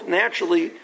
naturally